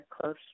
close